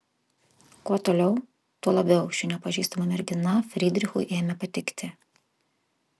kuo toliau tuo labiau ši nepažįstama mergina frydrichui ėmė patikti